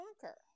conquer